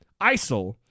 ISIL